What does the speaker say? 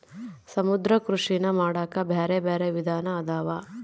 ಸಮುದ್ರ ಕೃಷಿನಾ ಮಾಡಾಕ ಬ್ಯಾರೆ ಬ್ಯಾರೆ ವಿಧಾನ ಅದಾವ